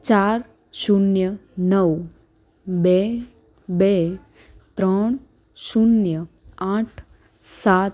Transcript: ચાર શૂન્ય નવ બે બે ત્રણ શૂન્ય આઠ સાત